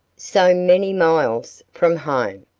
so many miles from home,